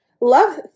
Love